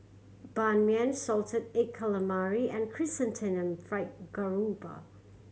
Ban Mian salted egg calamari and Chrysanthemum Fried Garoupa